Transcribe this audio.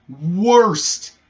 worst